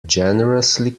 generously